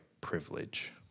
privilege